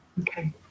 Okay